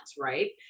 right